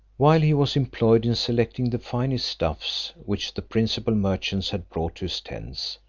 while he was employed in selecting the finest stuffs which the principal merchants had brought to his tents,